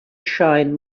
shine